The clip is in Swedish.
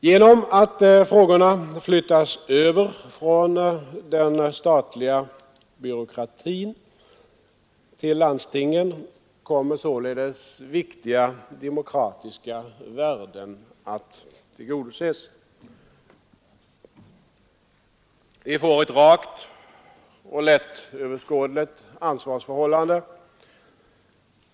Genom att frågorna flyttas över från den statliga byråkratin till landstingen kommer således viktiga demokratiska värden att tillgodoses. Vi får ett rakt och lättöverskådligt ansvarsförhållande.